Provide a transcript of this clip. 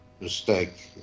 Mistake